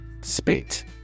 Spit